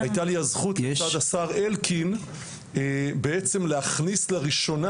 היתה לי הזכות לצד השר אלקין בעצם להכניס לראשונה,